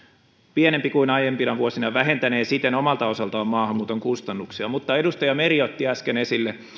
pienempi kuin aiempina vuosina ja vähentänee siten omalta osaltaan maahanmuuton kustannuksia mutta edustaja meri otti äsken esille